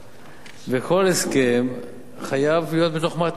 וכל הסכם חייב להיות בתוך מעטפת חוק.